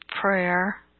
prayer